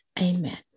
amen